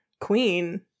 Queen